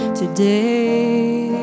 today